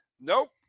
Nope